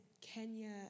Kenya